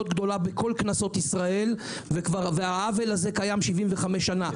גדולה בכל כנסות ישראל והעוול הזה קיים 75 שנה.